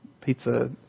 pizza